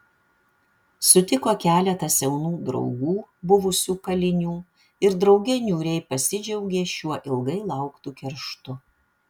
sutiko keletą senų draugų buvusių kalinių ir drauge niūriai pasidžiaugė šiuo ilgai lauktu kerštu